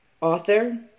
author